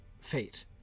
fate